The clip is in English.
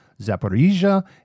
Zaporizhia